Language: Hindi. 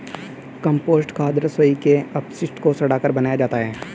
कम्पोस्ट खाद रसोई के अपशिष्ट को सड़ाकर बनाया जाता है